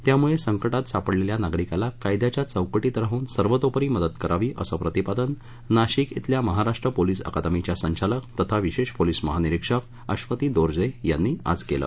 त्यामुळे संकटात सापडलेल्या नागरिकाला कायद्याच्या चौकटीत राहून सर्वतोपरी मदत करावी असे प्रतिपादन नाशिक येथील महाराष्ट पोलिस अकादमीच्या संचालक तथा विशेष पोलिस महानिरीक्षक अश्वती दोर्जे यांनी आज येथे केले